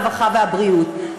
הרווחה והבריאות?